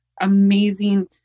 amazing